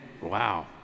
Wow